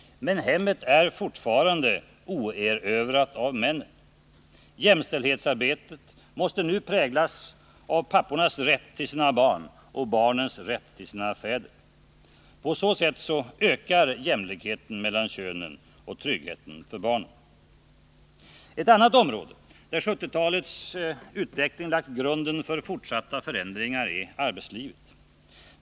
Men hemmet är fortfarande oerövrat av männen. Jämställdhetsarbetet måste nu präglas av pappornas rätt till sina barn och barnens rätt till sina fäder. På så sätt ökar jämställdheten mellan könen, och tryggheten för barnen. Ett annat område där 1970-talets utveckling har lagt grunden för fortsatta förändringar är arbetslivet.